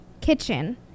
kitchen